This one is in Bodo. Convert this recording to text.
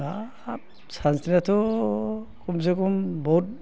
हाब सानस्रिनायाथ' खमसेखम बहुद